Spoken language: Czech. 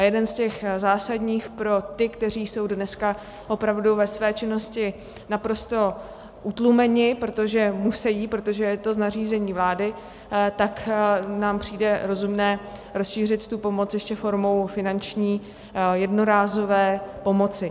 Jeden z těch zásadních pro ty, kteří jsou dneska opravdu ve své činnosti naprosto utlumeni, protože musí, protože je to z nařízení vlády, tak nám přijde rozumné rozšířit tu pomoc ještě formou finanční jednorázové pomoci.